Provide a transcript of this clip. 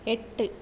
എട്ട്